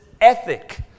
ethic